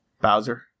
Bowser